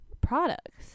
products